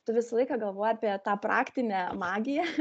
tu visą laiką galvoji apie tą praktinę magiją